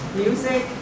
music